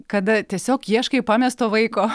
kada tiesiog ieškai pamesto vaiko